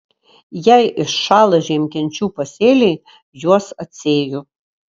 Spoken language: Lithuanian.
jei iššąla žiemkenčių pasėliai juos atsėju